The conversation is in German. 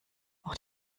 auch